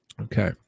Okay